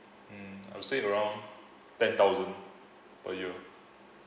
mm I would around ten thousand per year